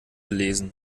lesen